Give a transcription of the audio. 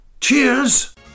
Cheers